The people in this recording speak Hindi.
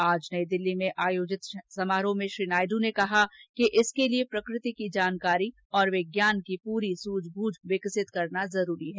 आज नई दिल्ली में आयोजित समारोह में श्री नायड़ू ने कहा कि इसके लिए प्रकृति की जानकारी और विज्ञान की पूरी सूझबूझ विकसित करना जरूरी है